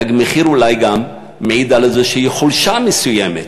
"תג מחיר" אולי גם מעיד על איזושהי חולשה מסוימת,